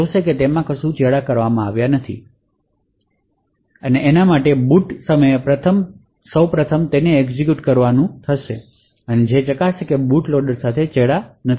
તેથી વિશ્વાસના મૂળ ને બુટ સમયે પ્રથમ એક્ઝેક્યુટ કરવાનું શરૂ કરે છે અને ચકાસે છે કે બુટ લોડર સાથે ચેડાં કરવામાં આવ્યાં નથી